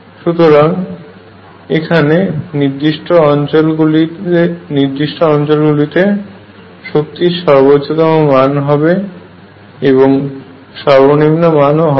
সুতরাং এখানে নির্দিষ্ট অঞ্চল গুলিতে শক্তির সর্বচ্চত্তম মান হবে এবং সর্বনিম্ন মান হবে